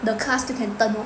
the car still can turn [one]